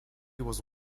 was